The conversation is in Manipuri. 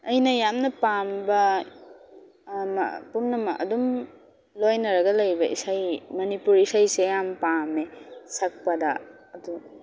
ꯑꯩꯅ ꯌꯥꯝꯅ ꯄꯥꯝꯕ ꯄꯨꯝꯅꯃꯛ ꯑꯗꯨꯝ ꯂꯣꯏꯅꯔꯒ ꯂꯩꯕ ꯏꯁꯩ ꯃꯅꯤꯄꯨꯔꯤ ꯏꯁꯩꯁꯤ ꯌꯥꯝ ꯄꯥꯝꯃꯦ ꯁꯛꯄꯗ ꯑꯗꯨ